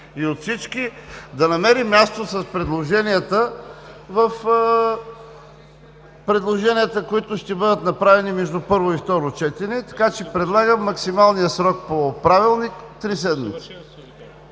и от всички, да намери място с предложенията, които ще бъдат направени между първо и второ четене, така че предлагам максималният срок по правилник три седмици.